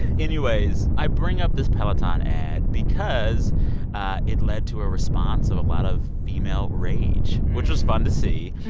anyways, i bring up this peloton ad because ah it led to a response of a lot of female rage, which was fun to see.